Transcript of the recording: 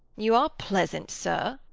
you are pleasant, sir.